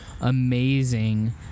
amazing